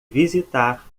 visitar